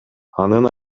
анын